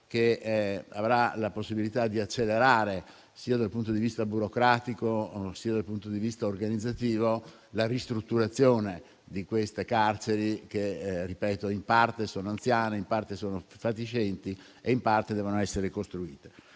che avrà la possibilità di accelerare, sia dal punto di vista burocratico sia dal punto di vista organizzativo, la ristrutturazione di queste carceri, che ripeto, in parte sono anziane, in parte sono fatiscenti e in parte devono essere costruite.